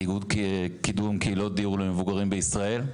איגוד קידום קהילות למבוגרים בישראל.